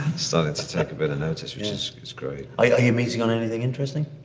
starting to take a bit of notice. which is is great. are you meeting on anything interesting?